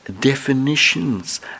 definitions